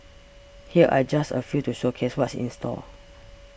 here are just a few to showcase what's in store